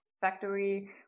factory